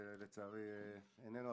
ולצערי איננו,